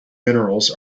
minerals